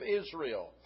Israel